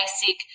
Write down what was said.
basic